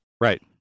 Right